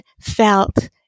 felt